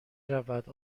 رود